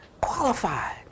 qualified